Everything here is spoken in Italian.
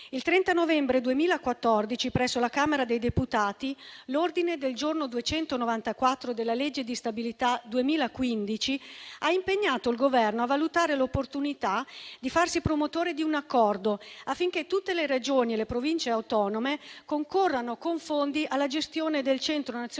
Il 30 novembre 2014, presso la Camera dei deputati, l'ordine del giorno 249 alla legge di stabilità per il 2015 ha impegnato il Governo a valutare l'opportunità di farsi promotore di un accordo affinché tutte le Regioni e le Province autonome concorrano con fondi alla gestione del centro nazionale